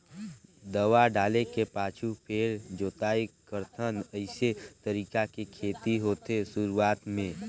दवा डाले के पाछू फेर जोताई करथन अइसे तरीका के खेती होथे शुरूआत में